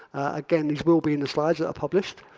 again, these will be in the slides that are published.